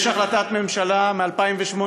יש החלטת ממשלה מ-2008,